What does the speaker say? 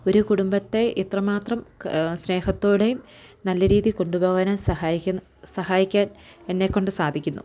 ഒരു കുടുംബത്തെ ഇത്ര മാത്രം സ്നേഹത്തോടെ നല്ല രീതിയിൽ കൊണ്ടുപോകാൻ സഹായിക്കൻ സഹായിക്കാൻ എന്നെകൊണ്ട് സാധിക്കുന്നു